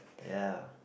ya